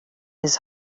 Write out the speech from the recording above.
his